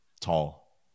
tall